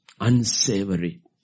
unsavory